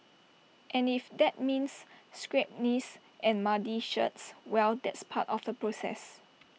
and if that means scraped knees and muddy shirts well that's part of the process